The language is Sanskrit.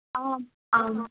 आम् आम्